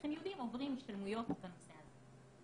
מפקחים ייעודיים עוברים השתלמויות בנושא הזה.